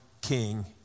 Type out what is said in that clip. king